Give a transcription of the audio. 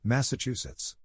Massachusetts